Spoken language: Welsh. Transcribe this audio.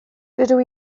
dydw